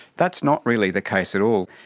that's not really the case at all.